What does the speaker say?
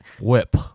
Whip